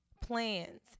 plans